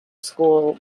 school